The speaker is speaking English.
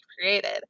created